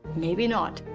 maybe not.